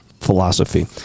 Philosophy